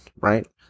right